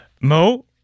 mo